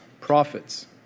profits